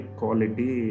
quality